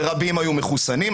ורבים היו מחוסנים.